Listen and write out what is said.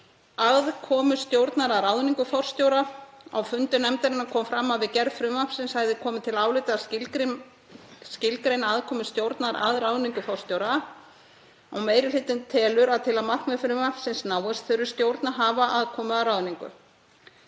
aðkomu stjórnar að ráðningu forstjóra. Á fundum nefndarinnar kom fram að við gerð frumvarpsins hefði komið til álita að skilgreina aðkomu stjórnar að ráðningu forstjóra og meiri hlutinn telur að til að markmið frumvarpsins náist þurfi stjórn að hafa aðkomu að ráðningu.